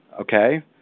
Okay